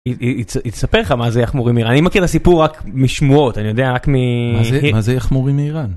היא תספר לך מה זה יחמורים מאיראן, אני מכיר הסיפור רק משמועות אני יודע רק מ.., מה זה יחמורים מאיראן.